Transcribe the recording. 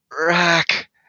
rack